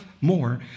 more